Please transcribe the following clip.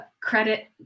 credit